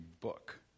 book